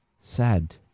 sad